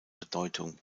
bedeutung